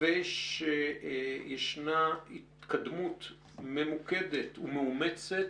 ושישנה התקדמות ממוקדת ומאומצת